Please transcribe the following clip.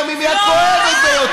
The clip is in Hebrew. גם אם היא הכואבת ביותר.